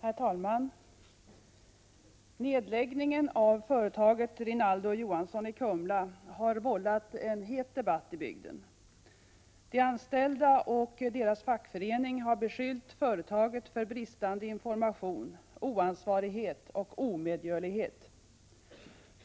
Herr talman! Nedläggningen av företaget Rinaldo & Johansson i Kumla har vållat en het debatt i bygden. De anställda och deras fackförening har beskyllt företaget för bristande information, oansvarighet och omedgörlighet.